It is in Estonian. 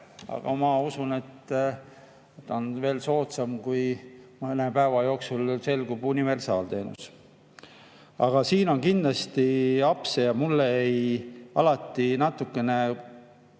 Aga ma usun, et ta on siiski soodsam kui mõne päeva jooksul selguv universaalteenus. Aga siin on kindlasti apse ja mind alati natukene